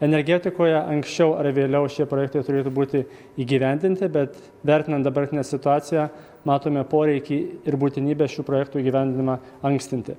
energetikoje anksčiau ar vėliau šie projektai turėtų būti įgyvendinti bet vertinant dabartinę situaciją matome poreikį ir būtinybę šių projektų įgyvendinimą ankstinti